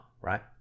right